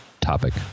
Topic